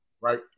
right